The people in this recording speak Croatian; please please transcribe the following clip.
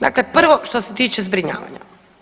Dakle prvo što se tiče zbrinjavanja.